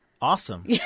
Awesome